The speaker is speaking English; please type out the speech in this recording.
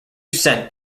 cent